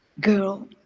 girl